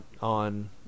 on